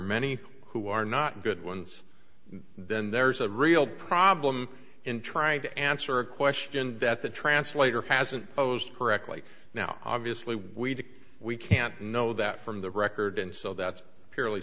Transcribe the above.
many who are not good ones then there's a real problem in trying to answer a question that the translator hasn't posed correctly now obviously we do we can't know that from the record so that's purely